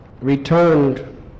returned